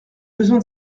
besoin